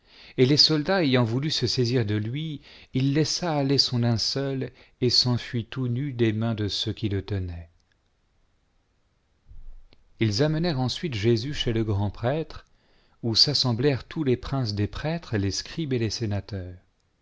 et les soldats ayant voulu se saisir de lui sa il laissa aller son linceul et s'enfuit tout nu des mains de ceux qui le tenaient ils amenèrent ensuite jésus chez le grand-prêtre oil s'assemblèrent tous les princes des prêtres les scribes et les sénateurs